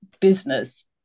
business